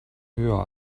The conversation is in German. höher